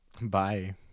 Bye